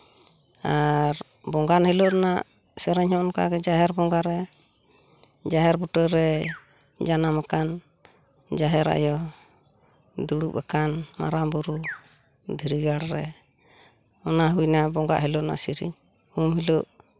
ᱟᱨ ᱵᱟᱸᱜᱟᱱ ᱦᱤᱞᱳᱜ ᱨᱮᱱᱟᱜ ᱥᱮᱨᱮᱧ ᱦᱚᱸ ᱚᱱᱠᱟᱜᱮ ᱡᱟᱦᱮᱨ ᱵᱚᱸᱜᱟ ᱨᱮ ᱡᱟᱦᱮᱨ ᱵᱩᱴᱟᱹ ᱨᱮ ᱡᱟᱱᱟᱢᱟᱠᱟᱱ ᱡᱟᱦᱮᱨ ᱟᱭᱳ ᱫᱩᱲᱩᱵ ᱟᱠᱟᱱ ᱢᱟᱨᱟᱝ ᱵᱩᱨᱩ ᱫᱷᱤᱨᱤ ᱜᱟᱲ ᱨᱮ ᱚᱱᱟ ᱦᱩᱭᱱᱟ ᱵᱚᱸᱜᱟᱜ ᱦᱤᱞᱳᱜ ᱨᱮᱱᱟᱜ ᱥᱮᱨᱮᱧ ᱩᱢ ᱦᱤᱞᱳᱜ